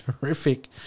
terrific